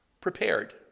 prepared